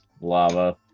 Lava